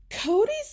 cody's